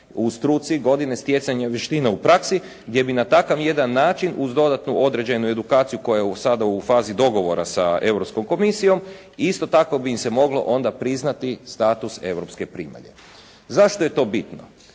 u struci, godine stjecanja vještina u praksi gdje bi na takav jedan način uz dodatnu određenu edukaciju koja je sada u fazi dogovora sa Europskom komisijom isto tako bi se moglo onda priznati status europske primalje. Zašto je to bitno?